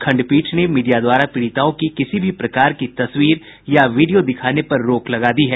खंडपीठ ने मीडिया द्वारा पीड़िताओं की किसी भी प्रकार की तस्वीर या वीडियो दिखाने पर रोक लगा दी है